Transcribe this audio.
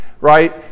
right